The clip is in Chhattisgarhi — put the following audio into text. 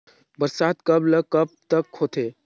बरसात कब ल कब तक होथे?